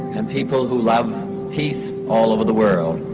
and people who love peace all over the world.